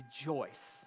rejoice